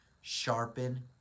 Sharpen